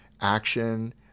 action